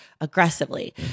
aggressively